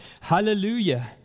Hallelujah